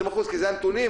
20% כי אלו הנתונים,